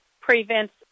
prevents